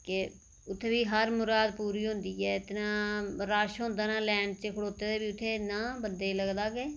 ते उत्थै बी हर मुराद पूरी होंदी ऐ ते इन्ना रश होंदा ना लाईन च खड़ोते दे उत्थै बंदे गी लगदा के